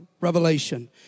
revelation